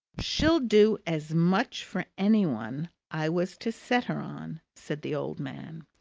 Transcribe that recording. she'd do as much for any one i was to set her on, said the old man.